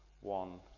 one